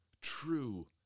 true